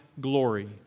glory